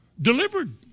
Delivered